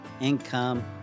income